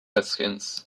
redskins